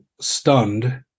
stunned